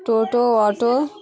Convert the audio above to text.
টোটো auto